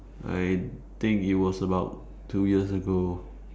I think it was about two years ago